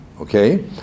Okay